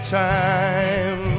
time